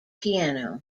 piano